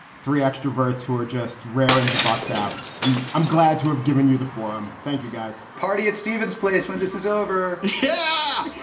three extroverts who are just raring to bust out. i'm i'm glad to have given you the forum. thank you, guys party at stevens place when this is over yeah,